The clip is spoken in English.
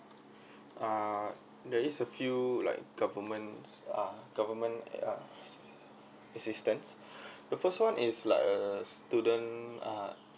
uh there is a few like governments uh government uh as~ assistance the first one is like a student uh